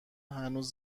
هنوز